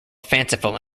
fanciful